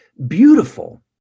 beautiful